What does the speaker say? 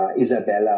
Isabella